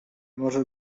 może